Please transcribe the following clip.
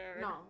No